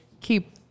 keep